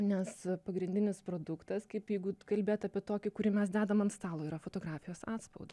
nes pagrindinis produktas kaip jeigu kalbėt apie tokį kurį mes dedam ant stalo yra fotografijos atspaudas